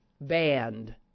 banned